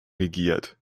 regiert